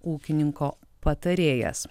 ūkininko patarėjas